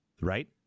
Right